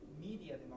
media